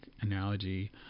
analogy